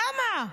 למה?